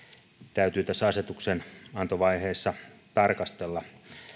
täytyy asetuksenantovaiheessa tarkastella